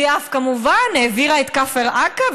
והיא אף כמובן העבירה את כפר עקב,